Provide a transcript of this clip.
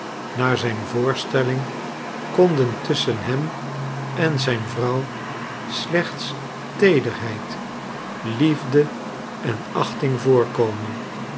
naar zijn voorstelling konden tusschen hem en zijn vrouw slechts teederheid liefde en achting voorkomen